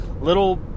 little